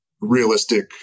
realistic